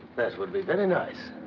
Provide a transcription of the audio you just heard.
that would be very nice.